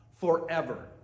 forever